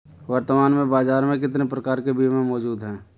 वर्तमान में बाज़ार में कितने प्रकार के बीमा मौजूद हैं?